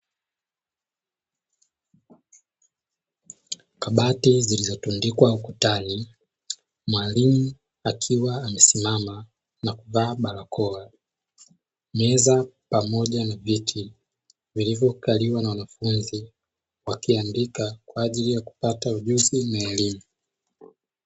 Kabati zilizotundikwa ukutani, mwalimu akiwa amesimama na kuvaa barakoa, meza pamoja na viti vilivyokaliwa na wanafunzi wakiandika kwa ajili ya kupata ujuzi na elimu.